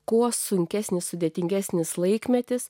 kuo sunkesnis sudėtingesnis laikmetis